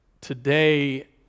today